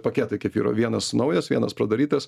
paketai kefyro vienas naujas vienas pradarytas